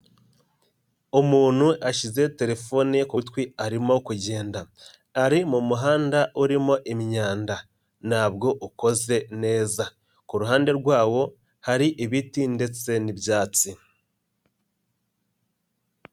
Umuntu ashyize telefone ye ku gutwi arimo kugenda, ari mu muhanda urimo imyanda ntabwo ukoze neza, ku ruhande rwabo hari ibiti ndetse n'ibyatsi.